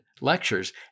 lectures